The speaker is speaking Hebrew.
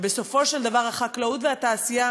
ובסופו של דבר החקלאות והתעשייה